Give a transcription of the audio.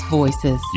voices